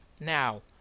now